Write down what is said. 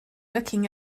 looking